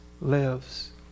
lives